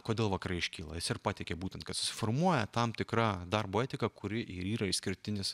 kodėl vakarai iškyla jis ir pateikė būtent kad susiformuoja tam tikra darbo etika kuri ir yra išskirtinis